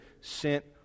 sent